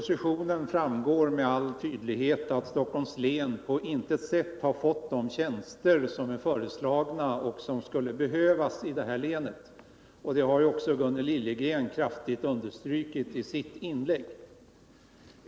Stockholms län på intet sätt har fått de tjänster som föreslagits och som skulle behövas. Gunnel Liljegren har ju också kraftigt understrukit detta i sitt inlägg.